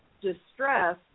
distress